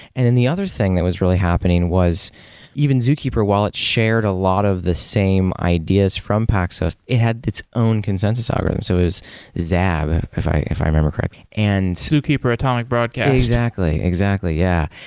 and and the other thing that was really happening was even zookeeper, while it shared a lot of the same ideas from paxos, it had its own consensus algorithms. it was zab, if i if i remember correctly. and zookeeper atomic broadcast. exactly. yeah.